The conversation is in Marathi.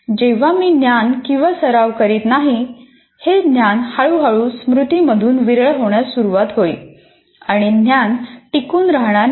जेव्हा मी ज्ञान किंवा सराव करीत नाही हे ज्ञान हळूहळू स्मृती मधून विरळ होण्यास सुरवात होईल आणि ज्ञान टिकून राहणार नाही